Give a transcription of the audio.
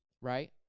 Right